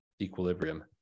equilibrium